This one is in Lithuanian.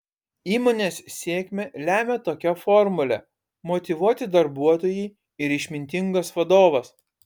įmonės sėkmę lemią tokia formulė motyvuoti darbuotojai ir išmintingas vadovas